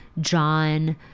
John